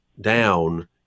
down